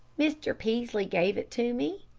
mr. peaslee gave it to me.